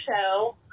show